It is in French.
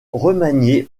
remaniée